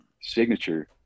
signature